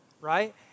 right